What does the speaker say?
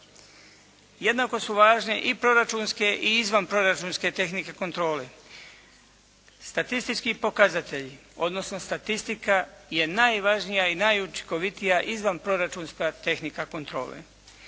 Jednako su važne i proračunske i izvanproračunske tehnike kontrole. Statistički pokazatelji odnosno statistika je najvažnija i najučinkovitija izvanproračunska tehnika kontrole.